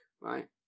Right